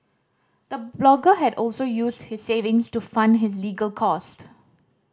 the blogger had also used his savings to fund his legal cost